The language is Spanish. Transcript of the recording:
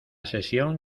sesión